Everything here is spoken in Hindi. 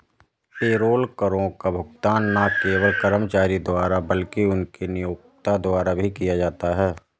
पेरोल करों का भुगतान न केवल कर्मचारी द्वारा बल्कि उनके नियोक्ता द्वारा भी किया जाता है